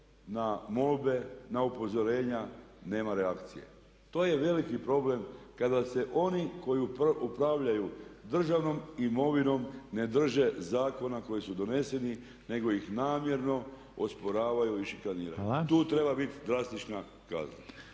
na molbe, na upozorenja nema reakcije. To je veliki problem kada se oni koji upravljaju državnom imovinom ne drže zakona koji su doneseni nego ih namjerno osporavaju i šikaniraju. Tu treba biti drastična kazna.